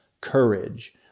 courage